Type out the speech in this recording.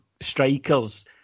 strikers